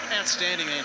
Outstanding